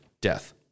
death